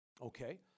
Okay